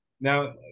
Now